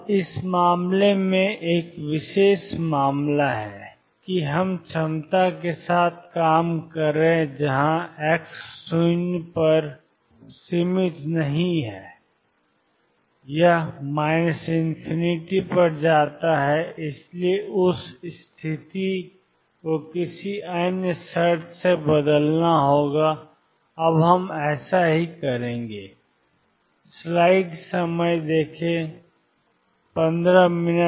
अब इस मामले में एक विशेष मामला है कि हम क्षमता के साथ काम कर रहे हैं x 0 पर सीमित नहीं है यह ∞ पर जाता है इसलिए इस स्थिति को किसी अन्य शर्त से बदलना होगा और हम अब ऐसा करेंगे